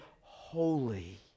holy